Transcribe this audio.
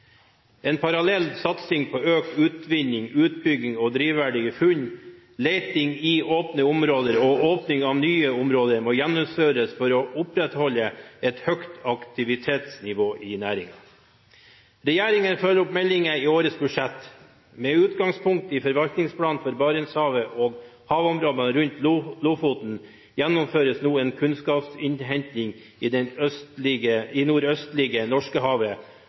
En parallell satsing på økt utvinning, utbygging av drivverdige funn, leting i åpne områder og åpning av nye områder må gjennomføres for å opprettholde et høyt aktivitetsnivå i næringen. Regjeringen følger opp meldingen i årets budsjett. Med utgangspunkt i forvaltningsplanen for Barentshavet og havområdene rundt Lofoten gjennomføres nå en kunnskapsinnhenting i det nordøstlige Norskehavet og åpningsprosesser for petroleumsvirksomheten ved Jan Mayen og i